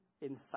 inside